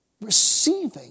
receiving